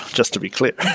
just to be clear.